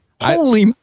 holy